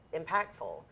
impactful